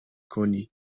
کنی